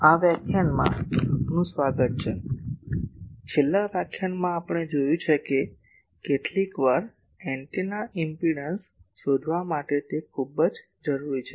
આ વ્યાખ્યાનમાં આપનું સ્વાગત છે છેલ્લા વ્યાખ્યાનમાં આપણે જોયું છે કે કેટલીકવાર એન્ટેના ઇમ્પેડંસ શોધવા માટે તે ખૂબ જરૂરી છે